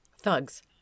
Thugs